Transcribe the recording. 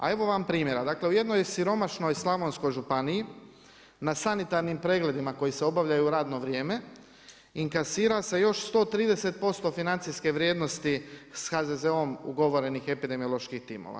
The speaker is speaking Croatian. A evo vam primjera, dakle u jednoj siromašnoj slavonskoj županiji na sanitarnim pregledima koji se obavljaju u radno vrijeme inkasira se još 130% financijske vrijednosti s HZZO-om ugovorenih epidemioloških timova.